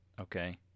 okay